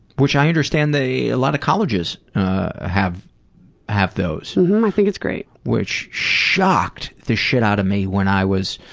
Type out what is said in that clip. which i understand they, a lot of colleges have have those. i think it's great. which shocked the shit out of me when i was,